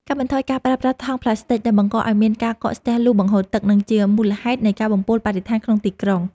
កាត់បន្ថយការប្រើប្រាស់ថង់ផ្លាស្ទិកដែលបង្កឱ្យមានការកកស្ទះលូបង្ហូរទឹក និង ជាមូលហេតុនៃការបំពុលបរិស្ថានក្នុងទីក្រុង។